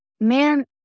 man